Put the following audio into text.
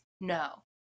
No